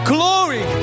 Glory